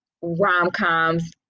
rom-coms